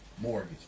mortgage